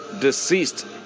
Deceased